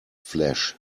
flesh